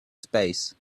space